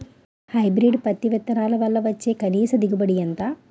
Hybrid పత్తి విత్తనాలు వల్ల వచ్చే కనీస దిగుబడి ఎంత?